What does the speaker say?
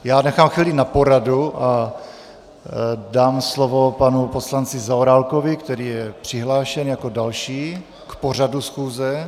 Já nechám chvíli na poradu a dám slovo panu poslanci Zaorálkovi, který je přihlášen jako další k pořadu schůze.